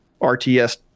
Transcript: RTS